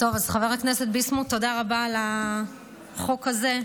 חבר הכנסת ביסמוט, תודה רבה על החוק הזה.